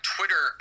Twitter